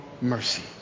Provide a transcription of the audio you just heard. mercy